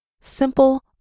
Simple